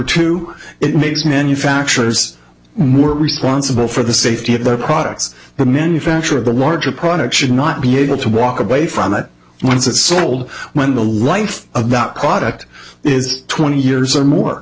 two it makes manufacturers more responsible for the safety of their products the manufacturer the larger product should not be able to walk away from it once it's sold when the life of that quad acct is twenty years or more